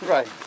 Right